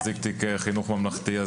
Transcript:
מחזיק תיק חינוך ממלכתי.